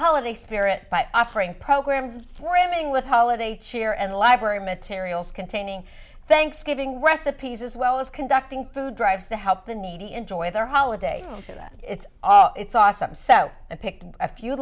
holiday spirit by offering programs for everything with holiday cheer and library materials containing thanksgiving recipes as well as conducting food drives to help the needy enjoy their holiday or that it's all it's awesome so they picked a few